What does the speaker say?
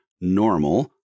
normal